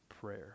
prayer